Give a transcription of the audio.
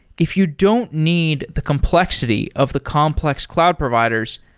if you don't need the complexity of the complex cloud providers,